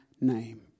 name